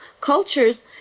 cultures